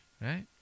right